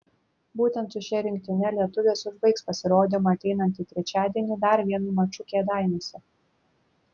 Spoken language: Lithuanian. būtent su šia rinktine lietuvės užbaigs pasirodymą ateinantį trečiadienį dar vienu maču kėdainiuose